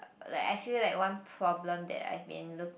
like I feel like one problem that I been look